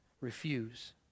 refuse